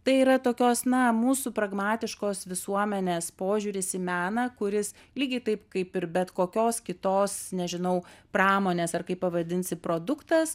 tai yra tokios na mūsų pragmatiškos visuomenės požiūris į meną kuris lygiai taip kaip ir bet kokios kitos nežinau pramonės ar kaip pavadinsi produktas